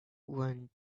one